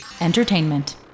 Entertainment